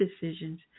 decisions